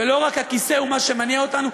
ולא רק הכיסא הוא מה שמניע אותנו,